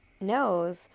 knows